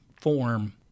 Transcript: form